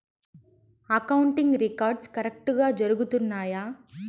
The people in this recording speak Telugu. అకౌంటింగ్ రికార్డ్స్ కరెక్టుగా జరుగుతున్నాయా